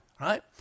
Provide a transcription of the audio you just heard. right